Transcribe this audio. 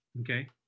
okay